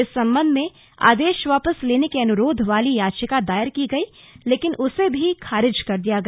इस संबंध में आदेश वापस लेने के अनुरोध वाली याचिका दायर की गई लेकिन उसे भी खारिज कर दिया गया